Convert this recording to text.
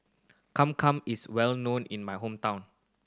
is well known in my hometown